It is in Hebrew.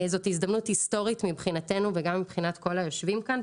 זאת הזדמנות מבחינתנו, וגם מבחינת כל היושבים כאן.